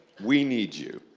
we need you